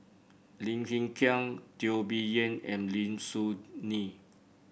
Lim Hng Kiang Teo Bee Yen and Lim Soo Ngee